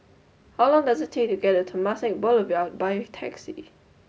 how long does it take to get to Temasek Boulevard by taxi